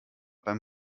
beim